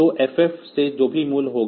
तो FF से जो भी मूल्य हो